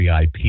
VIP